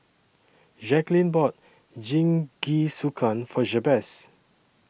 Jacquelyn bought Jingisukan For Jabez